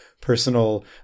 personal